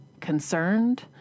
concerned